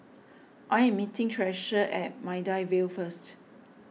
I am meeting Treasure at Maida Vale first